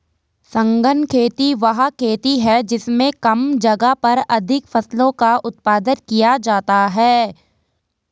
सघन खेती वह खेती है जिसमें कम जगह पर अधिक फसलों का उत्पादन किया जाता है